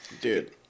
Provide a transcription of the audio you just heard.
Dude